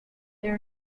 there